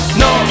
no